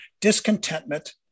discontentment